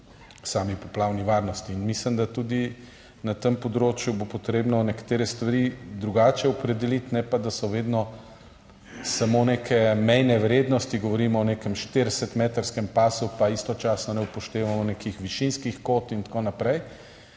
sami poplavni varnosti. Mislim, da bo tudi na tem področju potrebno nekatere stvari drugače opredeliti, ne pa da so vedno samo neke mejne vrednosti, govorimo o nekem 40 metrskem pasu, pa istočasno ne upoštevamo nekih višinskih kvot in tako naprej.